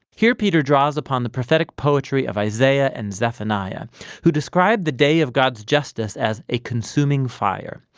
here peter draws upon the prophetic poetry of isaiah and zephaniah who described the day of god's justice as a consuming fire.